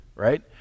right